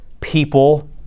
people